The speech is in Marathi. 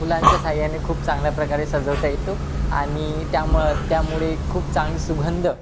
फुलांच्या साहाय्याने खूप चांगल्या प्रकारे सजवता येतो आणि त्यामुळं त्यामुळे खूप चांग सुगंध